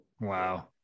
Wow